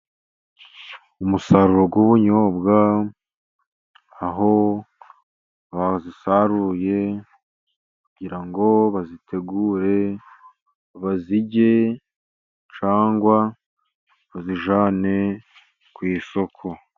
Umusaruro w'ubunyobwa aho babusaruye kugira ngo babutegure baburye, cyangwa babujyane ku isoko.